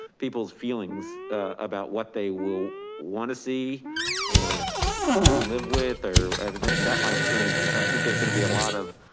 people's feelings about what they will wanna see or can live with or everything that might change. and so i think there's gonna be a lot of.